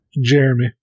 jeremy